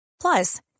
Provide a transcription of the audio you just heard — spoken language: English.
Plus